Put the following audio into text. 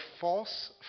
false